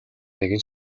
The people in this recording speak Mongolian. нэгэн